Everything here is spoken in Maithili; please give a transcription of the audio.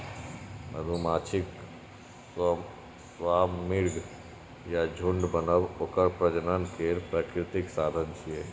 मधुमाछीक स्वार्मिंग या झुंड बनब ओकर प्रजनन केर प्राकृतिक साधन छियै